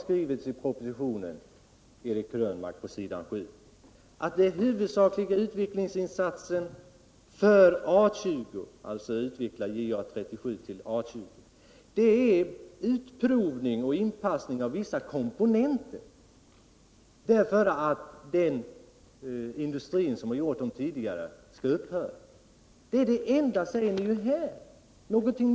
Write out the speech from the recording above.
Det är det enda, säger ni ju, som gäller, någonting mer är det inte. försvaret 10